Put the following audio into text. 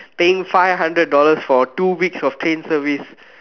paying five hundred dollars for two weeks of train service